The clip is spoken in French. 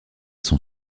son